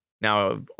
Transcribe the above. Now